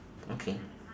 okay